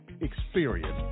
Experience